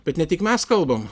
bet ne tik mes kalbam